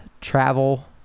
travel